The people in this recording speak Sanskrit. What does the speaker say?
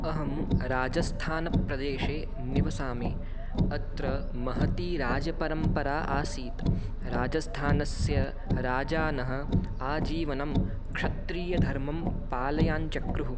अहं राजस्थानप्रदेशे निवसामि अत्र महती राजपरम्परा आसीत् राजस्थानस्य राजानः आजीवनं क्षत्रीयधर्मं पालयाञ्चक्रुः